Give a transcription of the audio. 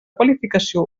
qualificació